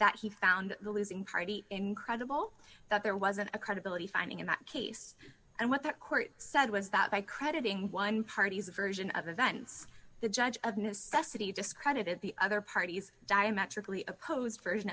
that he found the losing party incredible that there wasn't a credibility finding in that case and what that court said was that by crediting one party's version of events the judge of necessity discredited the other party's diametrically opposed version